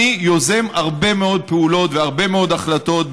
אני יוזם הרבה מאוד פעולות והרבה מאוד החלטות,